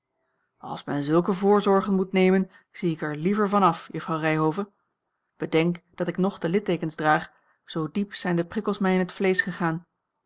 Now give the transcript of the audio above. als men zulke voorzorgen moet nemen zie ik er liever van af juffrouw ryhove bedenk dat ik nog de litteekens draag zoo diep zijn de prikkels mij in het vleesch gegaan